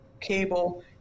cable